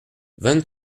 vingt